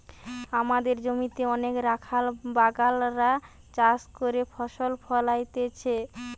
আমদের জমিতে অনেক রাখাল বাগাল রা চাষ করে ফসল ফোলাইতেছে